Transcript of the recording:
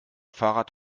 fahrrad